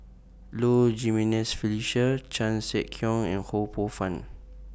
Low Jimenez Felicia Chan Sek Keong and Ho Poh Fun